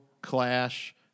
Clash